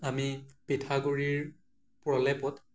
আমি পিঠাগুড়িৰ প্ৰলেপত